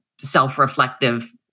self-reflective